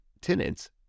tenants